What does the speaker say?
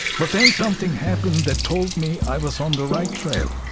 but then something happened that told me i was on the right trail.